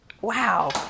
Wow